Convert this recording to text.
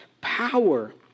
power